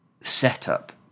setup